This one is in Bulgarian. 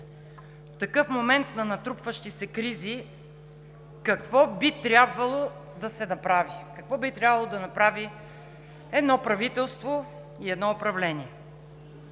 В такъв момент на натрупващи се кризи, какво би трябвало да се направи, какво би трябвало да направи едно правителство и едно управление?